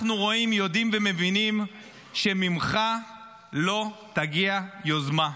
אנחנו רואים, יודעים ומבינים שממך לא תגיע יוזמה,